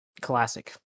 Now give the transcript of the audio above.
Classic